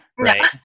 right